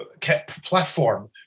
platform